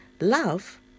love